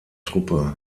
truppe